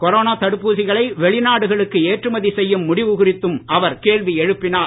corona தடுப்பூசிகளை வெளிநாடுகளுக்கு ஏற்றுமதி செய்யும் முடிவு குறித்தும் அவர் கேள்வி எழுப்பினார்